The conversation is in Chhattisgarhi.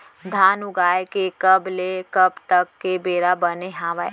धान उगाए के कब ले कब तक के बेरा बने हावय?